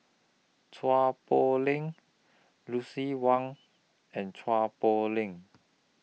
Chua Poh Leng Lucien Wang and Chua Poh Leng